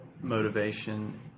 motivation